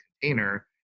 container